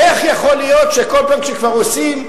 איך יכול להיות שכל פעם שכבר עושים,